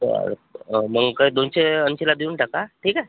चालेल मग काय दोनशे ऐंशीला देऊन टाका ठीक आहे